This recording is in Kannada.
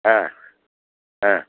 ಹಾಂ ಹಾಂ